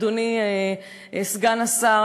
אדוני סגן השר,